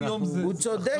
הוא צודק.